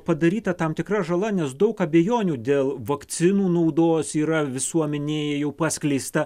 padaryta tam tikra žala nes daug abejonių dėl vakcinų naudos yra visuomenėj jau paskleista